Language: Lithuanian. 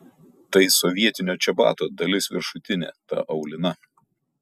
tai sovietinio čebato dalis viršutinė ta aulina